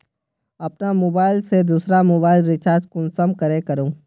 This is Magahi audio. अपना मोबाईल से दुसरा मोबाईल रिचार्ज कुंसम करे करूम?